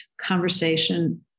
conversation